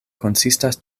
konsistas